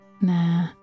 Nah